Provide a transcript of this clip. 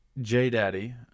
J-Daddy